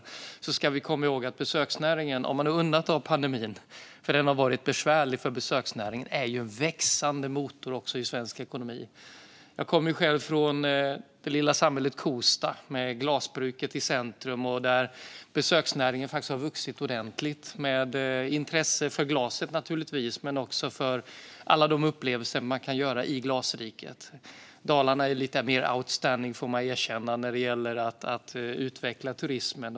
Men vi ska komma ihåg att besöksnäringen - om man undantar pandemin, som har varit besvärlig för besöksnäringen - också är en växande motor i svensk ekonomi. Jag kommer själv från det lilla samhället Kosta, med glasbruket i centrum. Där har besöksnäringen vuxit ordentligt med intresset för glaset och alla de upplevelser som man kan få i Glasriket. Dalarna är lite mer outstanding, får man erkänna, när det gäller att utveckla turismen.